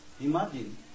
Imagine